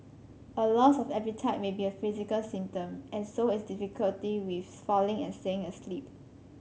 a loss of appetite may be a physical symptom and so is difficulty with falling and staying asleep